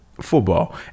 Football